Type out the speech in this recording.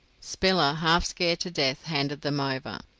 spiller, half scared to death, handed them over.